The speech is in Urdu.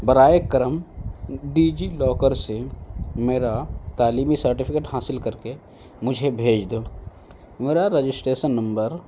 براہ کرم ڈیجی لاکر سے میرا تعلیمی سرٹیفکیٹ حاصل کر کے مجھے بھیج دو میرا رجسٹریسن نمبر